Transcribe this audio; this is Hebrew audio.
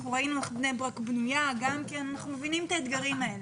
ראינו איך בני ברק בנויה ואנחנו מבינים את האתגרים האלה.